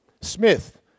Smith